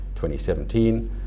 2017